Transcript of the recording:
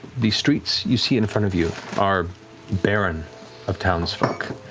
the streets you see in front of you are barren of townsfolk.